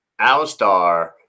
Alistar